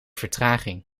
vertraging